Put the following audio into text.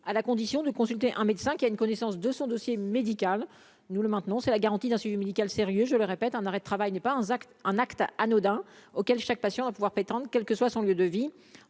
à la condition de consulter un médecin qui a une connaissance de son dossier médical, nous le maintenons, c'est la garantie d'un suivi médical sérieux, je le répète, un arrêt de travail n'est pas un acte un acte anodin auquel chaque patient va à pouvoir prétendre, quel que soit son lieu de vie,